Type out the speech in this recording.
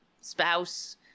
spouse